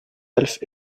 elfes